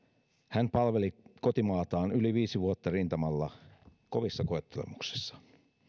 hän palveli kotimaataan yli viisi vuotta rintamalla kovissa koettelemuksissa